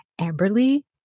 Amberly